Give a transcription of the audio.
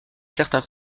certain